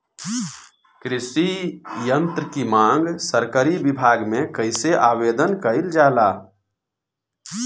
कृषि यत्र की मांग सरकरी विभाग में कइसे आवेदन कइल जाला?